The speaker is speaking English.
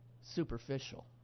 superficial